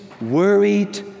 worried